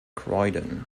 croydon